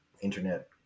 internet